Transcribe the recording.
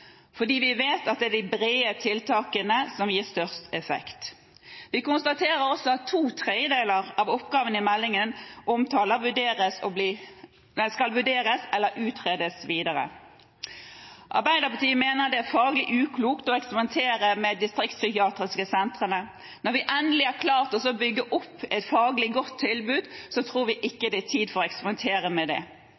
fordi vi vet at det er de brede tiltakene som gir størst effekt. Vi konstaterer også at to tredjedeler av oppgavene som meldingen omtaler, skal vurderes eller utredes videre. Arbeiderpartiet mener det er faglig uklokt å eksperimentere med de distriktspsykiatriske sentrene. Når vi endelig har klart å bygge opp et faglig godt tilbud, tror vi ikke det er tid for å eksperimentere med det.